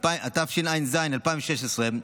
התשע"ז 2016,